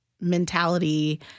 mentality